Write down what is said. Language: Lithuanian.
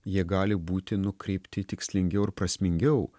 jie gali būti nukreipti tikslingiau ir prasmingiau